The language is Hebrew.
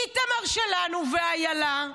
איתמר שלנו ואילה,